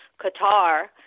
Qatar